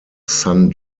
san